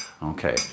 Okay